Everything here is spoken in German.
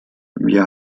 wir